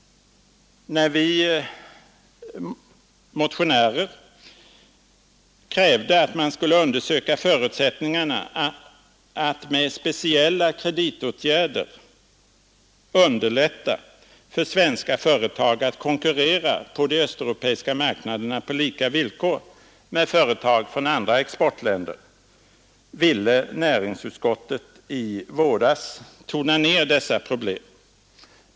När vi var några liberala motionärer som krävde att man skulle undersöka förutsättningarna att med speciella kreditåtgärder underlätta för svenska företag att konkurrera på de östeuropeiska marknaderna på lika villkor med företag från andra exportländer, ville näringsutskottet i våras tona ner dessa problem.